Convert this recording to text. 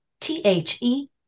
T-H-E